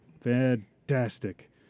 Fantastic